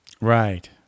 Right